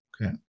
Okay